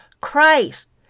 Christ